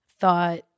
thought